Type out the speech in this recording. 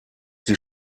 die